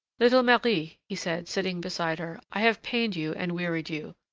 little marie, he said, sitting beside her, i have pained you and wearied you,